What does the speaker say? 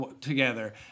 together